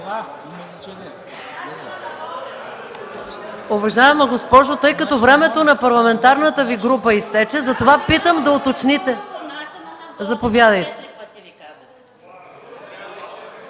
Уважаема госпожо, тъй като времето на парламентарната Ви група изтече, питам, за да уточните. Заповядайте.